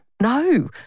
No